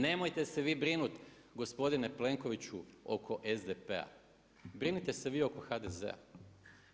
Nemojte se brinuti, gospodine Plenkoviću oko SDP-a, brinite se vi oko HDZ-a.